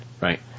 Right